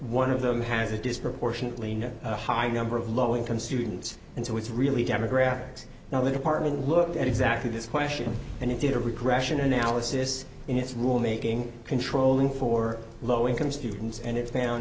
one of them has a disproportionately not a high number of low income students and so it's really demographics now the department looked at exactly this question and it did a regression analysis in its rulemaking controlling for low income students and it's